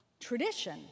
Tradition